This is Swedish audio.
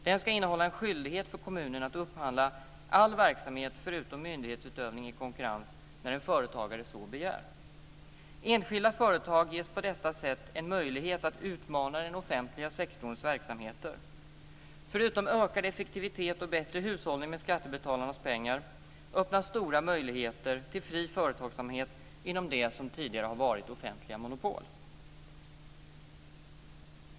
Den ska innehålla en skyldighet för kommunen att upphandla all verksamhet förutom myndighetsutövning i konkurrens när en företagare så begär. Enskilda företag ges på så sätt en möjlighet att utmana den offentliga sektorns verksamheter. Förutom ökad effektivitet och bättre hushållning med skattebetalarnas pengar öppnas stora möjligheter till fri företagsamhet inom det som tidigare har varit offentliga monopol.